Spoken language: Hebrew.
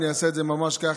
אני אעשה את זה ממש ככה,